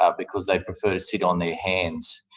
ah because they prefer to sit on their hands.